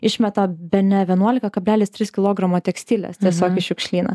išmeta bene vienuolika kablelis tris kilogramo tekstilės tiesiog į šiukšlyną